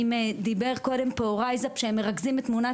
דיבר פה נדב מ-RiseUp על כך שהם מרכזים את תמונת